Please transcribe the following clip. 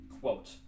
quote